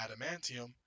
adamantium